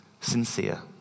sincere